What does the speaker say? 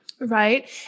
Right